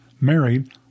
married